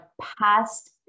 past